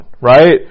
Right